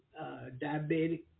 diabetic